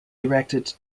directed